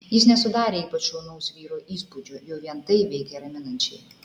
jis nesudarė ypač šaunaus vyro įspūdžio jau vien tai veikė raminančiai